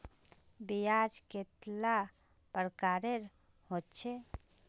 ब्याज कतेला प्रकारेर होचे?